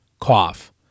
Cough